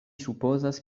supozas